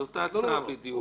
זו אותה הצעה ביותר.